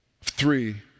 three